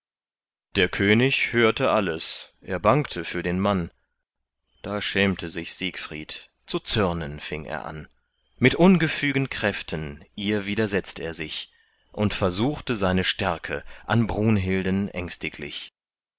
der könig hörte alles er bangte für den mann da schämte sich siegfried zu zürnen fing er an mit ungefügen kräften ihr widersetzt er sich und versuchte seine stärke an brunhilden ängstiglich